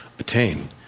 attain